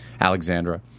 Alexandra